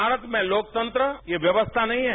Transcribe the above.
भारत में लोकतंत्र ये व्यक्स्था नहीं है